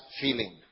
feeling